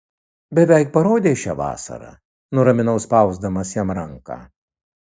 beveik parodei šią vasarą nuraminau spausdamas jam ranką